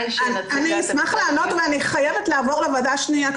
אני חייבת לעבור לוועדה השניה.